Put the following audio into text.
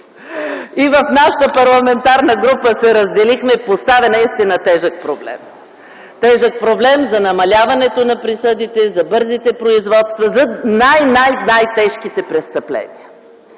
и в нашата парламентарна група се разделихме – поставя наистина тежък проблем. Тежък проблем за намаляването на присъдите, за бързите производства, за най-най-най-тежките престъпления.